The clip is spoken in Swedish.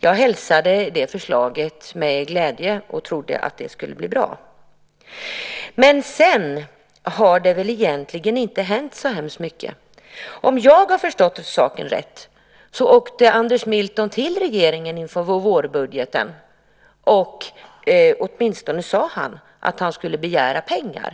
Jag hälsade det förslaget med glädje och trodde att det skulle bli bra. Men sedan har det väl egentligen inte hänt så väldigt mycket. Om jag har förstått saken rätt åkte Anders Milton till regeringen inför vårbudgeten, och han sade åtminstone att han skulle begära pengar.